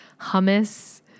hummus